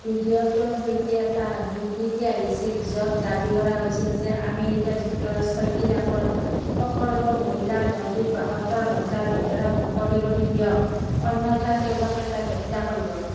ভিডিঅ'টোৰ সৈতে এটা বিবৃতি আহিছিল য'ত দাবী কৰা হৈছিল যে আমেৰিকা যুক্তৰাষ্ট্ৰই ইৰাকৰ সকলো মহিলা বন্দীক বাসত্তৰ ঘণ্টাৰ ভিতৰত মুকলি কৰি দিয়ক অন্যথা তেওঁলোকে তাইক হত্যা কৰিব